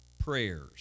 prayers